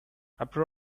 after